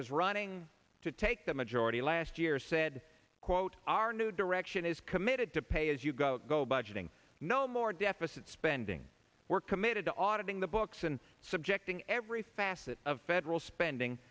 was running to take the majority last year said quote our new direction is committed to pay as you go go budgeting no more deficit spending we're committed to audit in the books and subjecting every facet of federal spending